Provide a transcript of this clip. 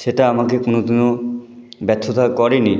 সেটা আমাকে কোনোদিনও ব্যর্থতা করেনি